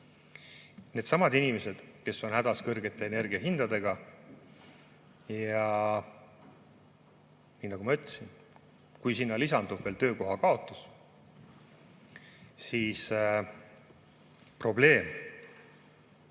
needsamad inimesed, kes on hädas kõrgete energiahindadega. Ja nii nagu ma ütlesin, kui lisandub veel töökoha kaotus, siis probleem